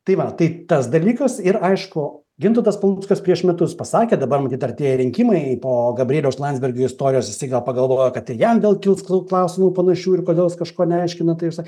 tai va tai tas dalykas ir aišku gintautas paluckas prieš metus pasakė dabar matyt artėja rinkimai po gabrieliaus landsbergio istorijos jisai gal pagalvojo kad ir jam vėl kils klausimų panašių ir kodėl kažko neaiškina tai